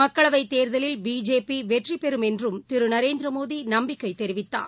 மக்களைவத் தேர்தலில் பிஜேபி வெற்றி பெறும் என்றும் திரு நரேந்திர மோடி நம்பிக்கை தெரிவித்தார்